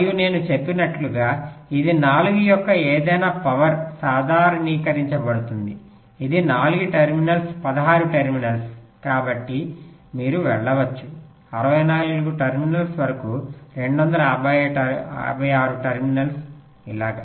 మరియు నేను చెప్పినట్లుగా ఇది 4 యొక్క ఏదైనా పవర్ సాధారణీకరించబడుతుంది ఇది 4 టెర్మినల్స్ 16 టెర్మినల్స్ కాబట్టి మీరు వెళ్ళవచ్చు 64 టెర్మినల్స్ వరకు 256 టెర్మినల్స్ ఇలా